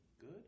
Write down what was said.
Good